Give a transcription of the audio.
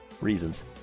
reasons